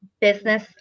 Business